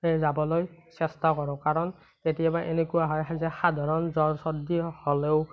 যাবলৈ চেষ্টা কৰোঁ কাৰণ কেতিয়াবা এনেকুৱা হয় যে সাধাৰণ জ্বৰ চৰ্দি হ'লেও